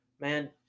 Man